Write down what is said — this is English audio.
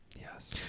Yes